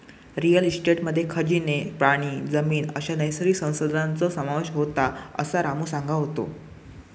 real इस्टेटमध्ये खनिजे, पाणी, जमीन अश्या नैसर्गिक संसाधनांचो समावेश होता, असा रामू सांगा होतो